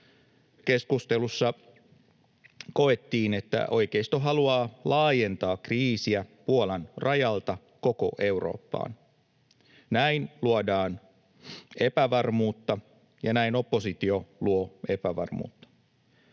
Keskustelussa koettiin, että oikeisto haluaa laajentaa kriisiä Puolan rajalta koko Eurooppaan. Näin luodaan epävarmuutta, ja näin oppositio luo epävarmuutta.